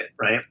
right